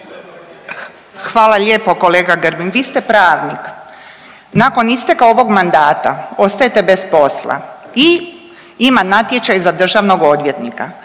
Hvala lijepo kolega Grbin. Vi ste pravnik, nakon isteka ovog mandata ostajete bez posla i ima natječaj za državnog odvjetnika,